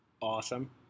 Awesome